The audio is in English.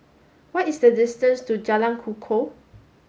what is the distance to Jalan Kukoh